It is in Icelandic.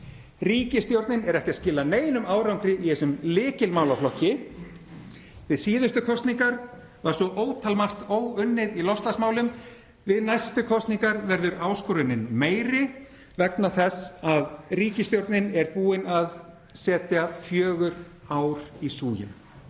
Ríkisstjórnin er ekki að skila neinum árangri í þessum lykilmálaflokki. Við síðustu kosningar var svo ótal margt óunnið í loftslagsmálum. Við næstu kosningar verður áskorunin meiri vegna þess að ríkisstjórnin er búin að setja fjögur ár í súginn.